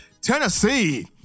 Tennessee